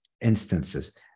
instances